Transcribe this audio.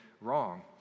wrong